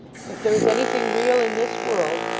if there is anything real in this world,